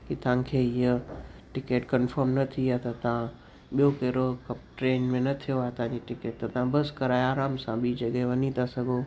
कि तव्हांखे हीअं टिकेट कंफ़ॉम न थी आहे त तव्हां ॿियो कहिड़ो ट्रेन में न थियो आहे तव्हां बस करे आराम सां ॿीं जॻह वञी था सघो